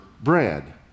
bread